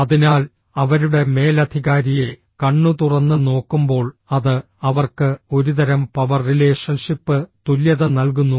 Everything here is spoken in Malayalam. അതിനാൽ അവരുടെ മേലധികാരിയെ കണ്ണുതുറന്ന് നോക്കുമ്പോൾ അത് അവർക്ക് ഒരുതരം പവർ റിലേഷൻഷിപ്പ് തുല്യത നൽകുന്നു